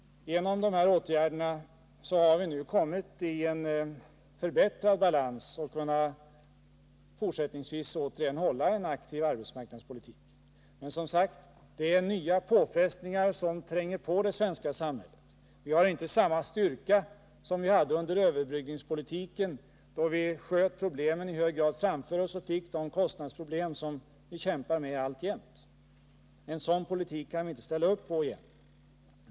Genom de här åtgärderna har vi nu kommit i en förbättrad balans och kan fortsättningsvis återigen driva en aktiv arbetsmarknadspolitik. Men, som sagt, nya påfrestningar tränger på i det svenska samhället. Vi har inte samma styrka som vi hade under överbryggningspolitikens tid, då vi i hög grad sköt bekymren framför oss och fick de kostnadsproblem som vi alltjämt kämpar med. En sådan politik kan vi inte ställa upp på igen.